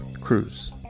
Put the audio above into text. Cruz